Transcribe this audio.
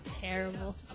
Terrible